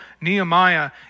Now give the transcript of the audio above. Nehemiah